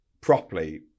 properly